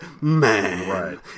man